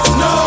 no